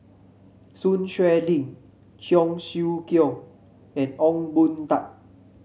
Sun Xueling Cheong Siew Keong and Ong Boon Tat